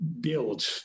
build